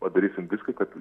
padarysim viską kad